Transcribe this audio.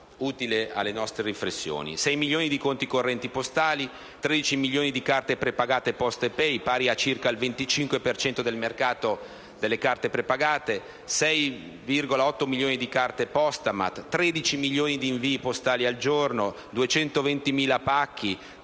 6 milioni di conti correnti postali, 13 milioni di carte prepagate Postepay (pari a circa il 25 per cento del mercato delle carte prepagate), 6,8 milioni di carte Postamat, 13 milioni di invii postali al giorno, 220.000 pacchi